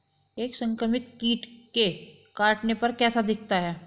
एक संक्रमित कीट के काटने पर कैसा दिखता है?